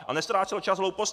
A neztrácel čas hloupostmi.